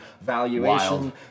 valuation